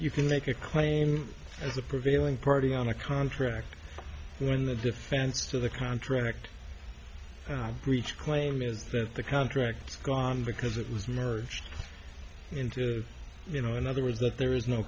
you can make a claim as a prevailing party on a contract when the defense to the contract breach claim is that the contracts gone because it was marriage into you know in other words that there is no